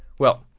well,